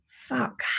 fuck